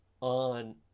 on